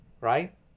right